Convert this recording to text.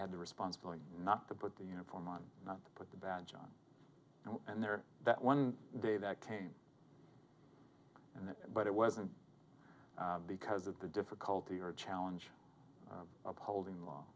had the responsibility not to put the uniform on not to put the badge on and there that one day that came in but it wasn't because of the difficulty or challenge of upholding law